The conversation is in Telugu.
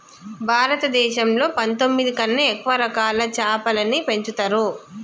భారతదేశంలో పందొమ్మిది కన్నా ఎక్కువ రకాల చాపలని పెంచుతరు